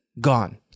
gone